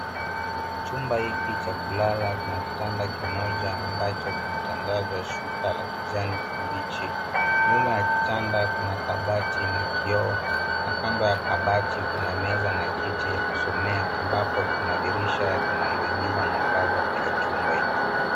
Chumba hiki cha kulala kina kitanda kimoja ambacho kimetandazwa shuka la kijani kibichi. Nyuma ya kitanda kuna kabati na kioo na kando ya kabati kuna meza na kiti ya kusomea ambapo kuna dirisha linaloingiza mwangaza kwenye chumba hiki.